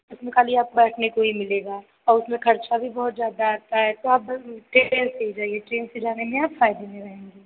उसमें खाली आपको बैठने को ही मिलेगा और उसमें खर्चा भी बहुत ज़्यादा आता है तो आप ट्रेन से ही जाइए ट्रेन से जा रही हैं आप फ़ायदे में रहेंगी